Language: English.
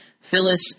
Phyllis